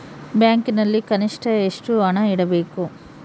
ಬ್ಯಾಂಕಿನಲ್ಲಿ ಕನಿಷ್ಟ ಎಷ್ಟು ಹಣ ಇಡಬೇಕು?